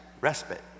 respite